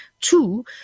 two